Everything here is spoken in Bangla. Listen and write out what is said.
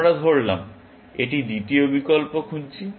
আমরা ধরলাম এটি দ্বিতীয় বিকল্প খুঁজছি